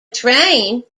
train